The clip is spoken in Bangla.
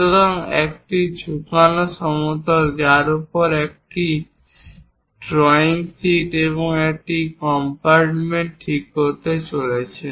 সুতরাং একটি ঝুঁকানো সমতল যার উপর একজন একটি ড্রয়িং শীট এবং একটি কম্পারট্মেন্ট ঠিক করতে চলেছেন